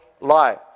life